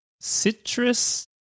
citrus